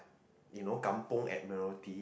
you know Kampung Admiralty